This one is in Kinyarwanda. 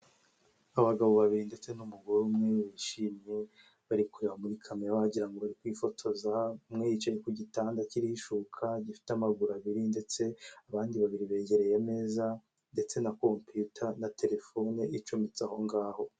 abagabo babiri ndetse n'umugore umwe bishimye bari kureba muri camera wagirango ngo bari kwifotoza, umwe yicaye ku gitanda kiriho ishuka gifite amaguru abiri ndetse abandi babiri begereye ameza ndetse na kompuyuta na telefone icometse aho ngaho.